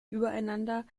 übereinander